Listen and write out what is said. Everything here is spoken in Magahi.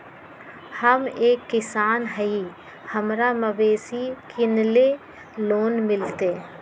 हम एक किसान हिए हमरा मवेसी किनैले लोन मिलतै?